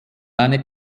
eine